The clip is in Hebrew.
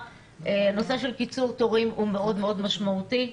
נושא של קיצור תורים הוא מאוד מאוד משמעותי.